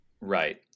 Right